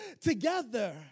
together